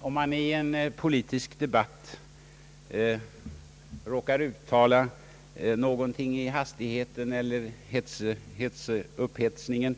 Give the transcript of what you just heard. Herr talman! Om man i hastigheten eller upphetsningen under en politisk debatt råkar uttala någonting,